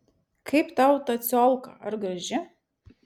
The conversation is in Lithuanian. kaip tau ta ciolka ar graži